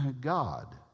God